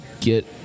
Get